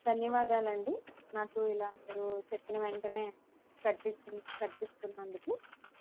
ధన్యవాదాలండీ నాకు ఇలా మీరు చెప్పిన వెంటనే కట్టించి కట్టి ఇస్తున్నందుకు